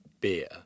beer